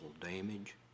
damage